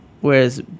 Whereas